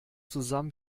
zusammen